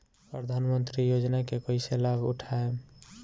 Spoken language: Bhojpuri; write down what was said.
प्रधानमंत्री योजना के कईसे लाभ उठाईम?